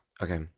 Okay